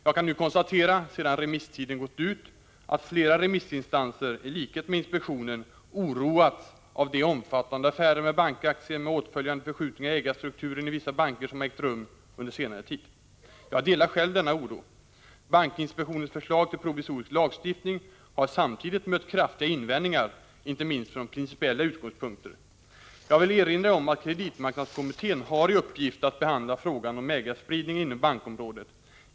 Jag kan nu konstatera, sedan remisstiden gått ut, att flera remissinstanser, i likhet med inspektionen, oroats av de omfattande affärer med bankaktier med åtföljande förskjutningar i ägarstrukturen i vissa banker som har ägt rum under senare tid. Jag delar själv denna oro. Bankinspektionens förslag till provisorisk lagstiftning har samtidigt mött kraftiga invändningar, inte minst från principiella utgångspunkter. Jag vill erinra om att kreditmarknadskommittén har i uppgift att behandla frågan om ägarspridning inom bankområdet.